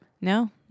No